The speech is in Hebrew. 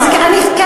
לא, זה לא נכון אבל.